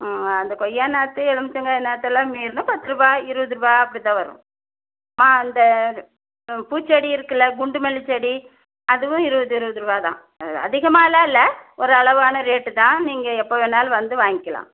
அந்த கொய்யா நாற்று எலுமிச்சங்காய் நாற்தெல்லாம் மேய்றதுன்னா பத்துரூபா இருபதுரூபா அப்படி தான் வரும் மா அந்த பூச்செடி இருக்குல்ல குண்டு மல்லி செடி அதுவும் இருபது இருபதுரூவா தான் அதிகமாலாம் இல்லை ஒரு அளவான ரேட்டு தான் நீங்கள் எப்போ வேணாலும் வந்து வாய்ங்கிக்கலாம்